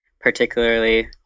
particularly